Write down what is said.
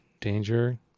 Danger